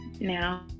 now